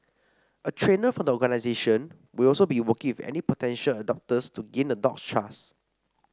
a trainer from the organisation will also be working with any potential adopters to gain the dog's trust